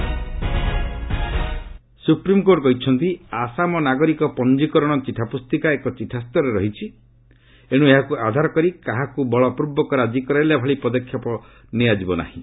SC Assam NRC supreme court କହିଛନ୍ତି ଆସାମ ନାଗରିକ ପଞ୍ଜିକରଣ ଚିଠା ପୁସ୍ତିକା ଏକ ଚିଠା ସ୍ତରରେ ରହିଛି ଏଣୁ ଏହାକୁ ଆଧାର କରି କାହାକୁ ବଳପୂର୍ବକ ରାଜି କରାଇବା ଭଳି ପଦକ୍ଷେପ ନିଆଯିବ ନାହିଁ